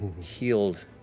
healed